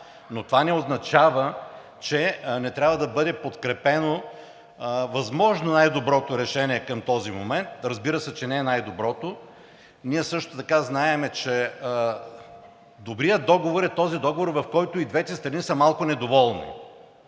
но това не означава, че не трябва да бъде подкрепено възможно най-доброто решение към този момент. Разбира се, че не е най-доброто. Ние също така знаем, че добрият договор е този договор, в който и двете страни са малко недоволни.